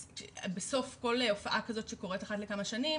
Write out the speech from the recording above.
בסוף כל הופעה כזאת שקורית אחת לכמה שנים